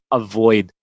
avoid